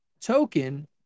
token